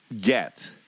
get